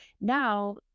now